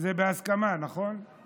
שזה בהסכמה, נכון?